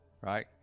right